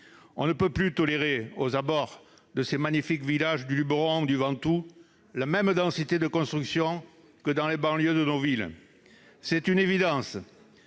On ne peut plus tolérer aux abords des magnifiques villages du Lubéron ou du Ventoux la même densité de construction que dans les banlieues de nos villes, c'est une évidence.